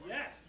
Yes